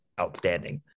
outstanding